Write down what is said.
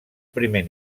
primer